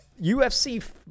UFC